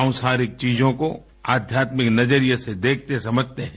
सांसारिक चीजों को आध्यात्मिक नजरिए से देखते समझते हैं